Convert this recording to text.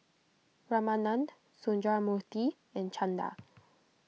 Ramanand Sundramoorthy and Chanda